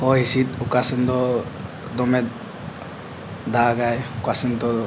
ᱦᱚᱭ ᱦᱤᱸᱥᱤᱫ ᱚᱠᱟ ᱥᱮᱫ ᱫᱚ ᱫᱚᱢᱮ ᱫᱟᱜᱟᱭ ᱚᱠᱟ ᱥᱮᱫ ᱫᱚ